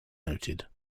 noted